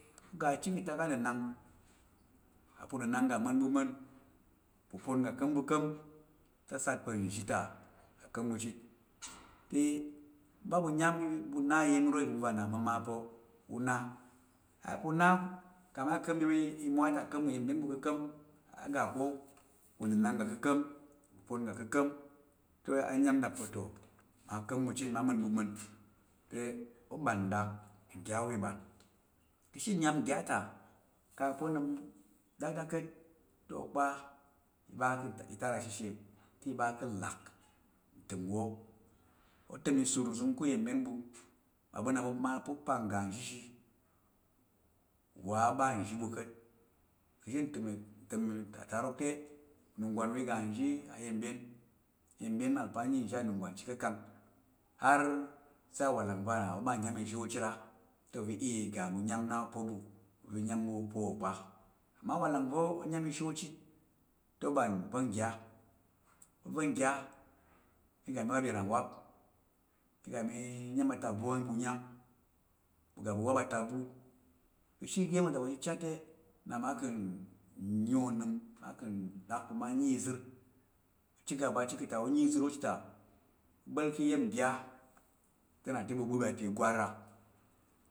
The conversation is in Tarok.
U ɓəp chit igwar chit te i ya pa̱ u gba̱l ka̱ uyenbyen ɓu chit. Iya̱m va̱ uyenbyen ɓu là pa̱ u na wo te u na chit. :bu gba̱l ka̱ nana te ɓu bəp atak ngya ɗak. Unəm- sa̱l i ɓan. Unəm- səl i ɓa a ya pa̱ u ya ka̱ unəm- sa̱l uvəngva̱ a nəm ka̱t te ɓu ya ma iga te iyəya̱m iga i nəm ka̱t ɓu yak unəmsa̱l i wong ta te i ɓan ka̱ atak a yenbyen. Uyenbyen i ka̱m n te i ga ká̱ ka̱ tak anang wò, unənang i ga ka̱ na te a ya pa̱ ga ka̱m na ka̱m te mi ga mi là iya̱m va̱ na ntəm itarok ɗom a. Ɓu mye nzhi mye, ɓu ma, ɓu wap ìram wap. Ɓu mye nzhi, ɓu ɓa ka̱ ibəl ikangkang, ibəl ngya ma u na uyenbyen ɓu chit. Ibəl ikangkang na ɓu nana. :bu ɓa ka̱ iya̱m a "patari" ɓu na unang ayen. Ɓu ɓa ka̱, atak abu ɓu wap unang ayen. Ɓu wap iga iya̱m va a, ɓu na izhin, ɓu na izong go pa̱ kpatekat nva̱ngva̱ u gba̱l ka̱ unang chit kang a yà pa̱ umal ka̱ unəm ro, nro te ɓu mal ku nang uga nɗaktak i ɗom pa̱ ori ɓu ufa ka̱t ka̱kul pa̱ iya ka̱ rəng nnap, i yar nnap onəm. onəm gungur. onəm nəm- nəm va cho i ɓ ko wa va ma ya matmat te a ya pa̱ ram ka̱t ka̱kul pa̱ mmawo ka̱ mo asa̱l vəngva̱ na o wong te o wur ikpang uyen ko te i ɓa i yar na i na á ɓu ka̱ apal ishi ka̱ suswai iya̱m va na ntəm itarok ɗom ka̱t.